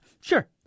sure